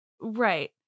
right